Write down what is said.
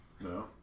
No